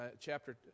chapter